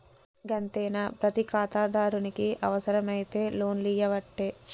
గంతేనా, ప్రతి ఖాతాదారునికి అవుసరమైతే లోన్లియ్యవట్టే